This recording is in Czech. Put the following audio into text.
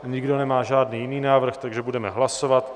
Nikdo nemá žádný jiný návrh, takže budeme hlasovat.